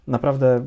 Naprawdę